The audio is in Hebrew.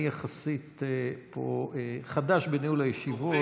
אני יחסית חדש בניהול הישיבות.